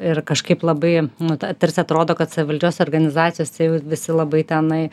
ir kažkaip labai nu ta tarsi atrodo kad savivaldžiose organizacijose jau visi labai tenai